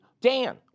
Dan